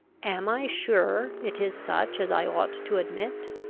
am i sure it is such as i ought to admit?